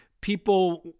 people